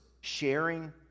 sharing